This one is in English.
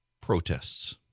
protests